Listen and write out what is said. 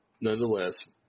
nonetheless